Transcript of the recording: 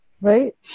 Right